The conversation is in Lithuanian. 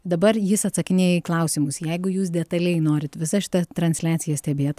dabar jis atsakinėja į klausimus jeigu jūs detaliai norit visą šitą transliaciją stebėt